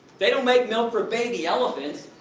they don't make milk for baby elephants.